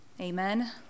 Amen